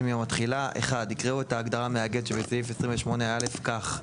מיום התחילה - (1) יקראו את ההגדרה "מאגד" שבסעיף 28(א) כך: